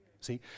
see